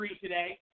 today